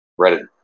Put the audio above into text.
Reddit